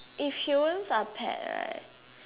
if humans are pet right